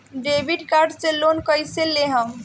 Debit card से loan कईसे लेहम?